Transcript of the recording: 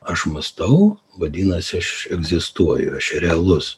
aš mąstau vadinasi aš egzistuoju aš realus